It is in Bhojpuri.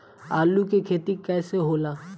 आलू के खेती कैसे होला?